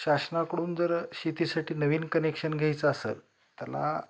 शासनाकडून जर शेतीसाठी नवीन कनेक्शन घ्यायचं असेल त्याला